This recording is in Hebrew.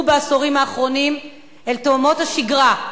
בעשורים האחרונים אל תהומות השגרה,